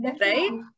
Right